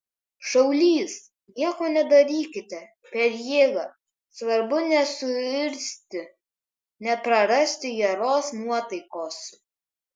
šaulys nieko nedarykite per jėgą svarbu nesuirzti neprarasti geros nuotaikos